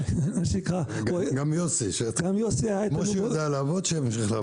גם יוסי, כמו שהוא יודע לעבוד, שימשיך לעבוד.